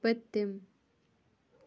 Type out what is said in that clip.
پٔتِم